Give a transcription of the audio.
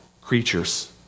creatures